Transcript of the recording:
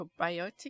microbiotic